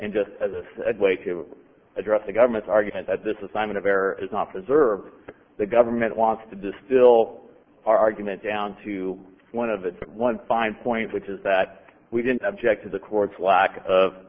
and just as a way to address the government's argument that this is a sign of error is not preserve the government wants to distill argument down to one of its one fine points which is that we didn't object to the courts lack of